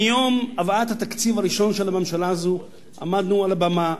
מיום הבאת התקציב הראשון של הממשלה הזאת עמדנו על הבמה.